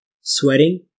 sweating